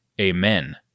Amen